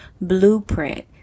blueprint